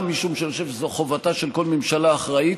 גם משום שאני חושב שזו חובתה של כל ממשלה אחראית,